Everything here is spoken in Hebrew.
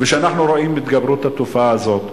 כשאנחנו רואים את התגברות התופעה הזאת,